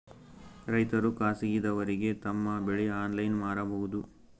ರೈತರು ಖಾಸಗಿದವರಗೆ ತಮ್ಮ ಬೆಳಿ ಆನ್ಲೈನ್ ಮಾರಬಹುದು?